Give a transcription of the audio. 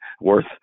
worth